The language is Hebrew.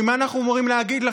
מה אנחנו אמורים להגיד לה,